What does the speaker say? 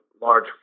large